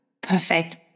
Perfect